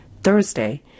thursday